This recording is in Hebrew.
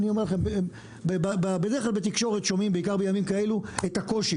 בדרך כלל שומעים בתקשורת את הקושי